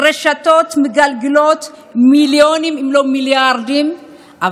רשתות מגלגלות מיליונים אם לא מיליארדים,